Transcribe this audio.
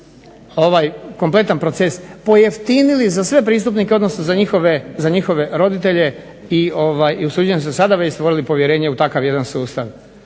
ovaj kompletan proces, pojeftinili za sve pristupnike, odnosno za njihove roditelje i usuđuje se sada već stvorili povjerenje u takav jedan sustav.